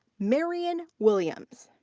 marian williams.